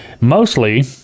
Mostly